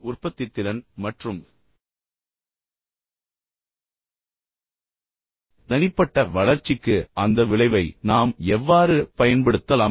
இப்போது உற்பத்தித்திறன் மற்றும் தனிப்பட்ட வளர்ச்சிக்கு அந்த விளைவை நாம் எவ்வாறு பயன்படுத்தலாம்